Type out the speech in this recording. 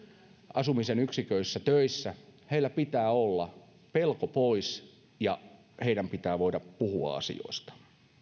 asumisen yksiköissä töissä pitää olla pelko pois ja heidän pitää voida puhua asioista